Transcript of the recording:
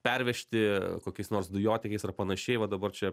pervežti kokiais nors dujotiekiais ar panašiai va dabar čia